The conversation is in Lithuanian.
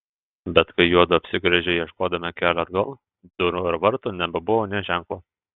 bet kai juodu apsigręžė ieškodami kelio atgal durų ar vartų nebebuvo nė ženklo